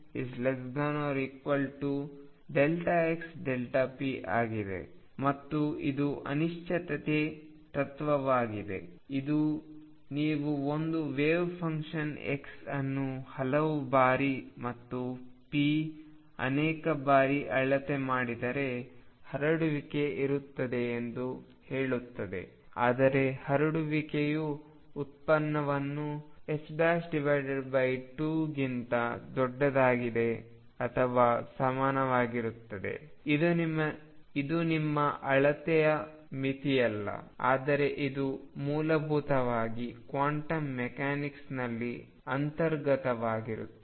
ಮತ್ತು ಇದು ಅನಿಶ್ಚಿತತೆ ತತ್ವವಾಗಿದೆ ಇದು ನೀವು ಒಂದು ವೆವ್ಫಂಕ್ಷನ್ x ಅನ್ನು ಹಲವು ಬಾರಿ ಮತ್ತು p ಅನೇಕ ಬಾರಿ ಅಳತೆ ಮಾಡಿದರೆ ಹರಡುವಿಕೆ ಇರುತ್ತದೆ ಎಂದು ಹೇಳುತ್ತದೆ ಆದರೆ ಹರಡುವಿಕೆಯ ಉತ್ಪನ್ನವು 2ಗಿಂತ ದೊಡ್ಡದಾಗಿದೆ ಅಥವಾ ಸಮಾನವಾಗಿರುತ್ತದೆ ಇದು ನಿಮ್ಮ ಅಳತೆಯ ಮಿತಿಯಲ್ಲ ಆದರೆ ಇದು ಮೂಲಭೂತವಾಗಿ ಕ್ವಾಂಟಮ್ ಮೆಕ್ಯಾನಿಕ್ಸ್ನಲ್ಲಿ ಅಂತರ್ಗತವಾಗಿರುತ್ತದೆ